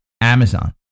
Amazon